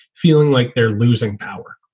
feeling like they're losing power.